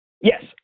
Yes